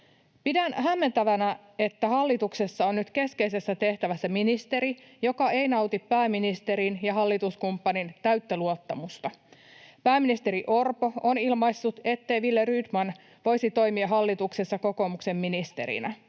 Pidän hämmentävänä, että hallituksessa on nyt keskeisessä tehtävässä ministeri, joka ei nauti pääministerin eikä hallituskumppanin täyttä luottamusta. Pääministeri Orpo on ilmaissut, ettei Wille Rydman voisi toimia hallituksessa kokoomuksen ministerinä.